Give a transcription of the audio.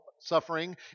suffering